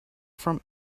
from